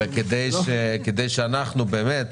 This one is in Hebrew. כדי שאנחנו באמת